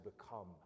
become